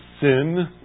sin